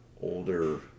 older